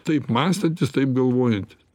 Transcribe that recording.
taip mąstantis taip galvojantis